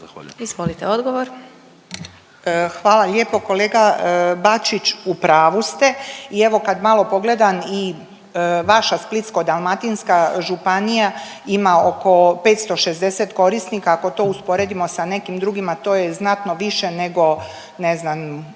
Branka (HDZ)** Hvala lijepo. Kolega Bačić, u pravu ste i evo kad malo pogledam i vaša Splitsko-dalmatinska županija ima oko 560 korisnika, ako to usporedimo sa nekim drugima to je znatno više nego ne znam